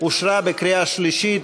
אושרה בקריאה שלישית,